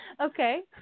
Okay